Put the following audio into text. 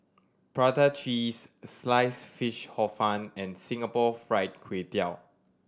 prata cheese Sliced Fish Hor Fun and Singapore Fried Kway Tiao